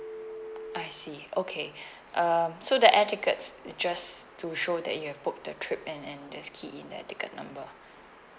I see okay um so the air tickets just to show that you have booked the trip and and just key in that ticket number